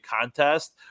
contest